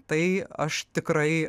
tai aš tikrai